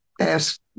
ask